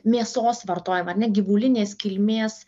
mėsos vartojimą ar ne gyvulinės kilmės